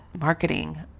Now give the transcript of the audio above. marketing